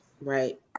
Right